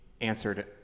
answered